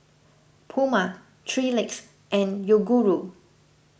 Puma three Legs and Yoguru